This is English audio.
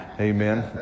Amen